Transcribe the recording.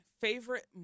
favorite